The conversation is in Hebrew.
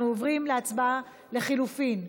אנחנו עוברים להצבעה על לחלופין.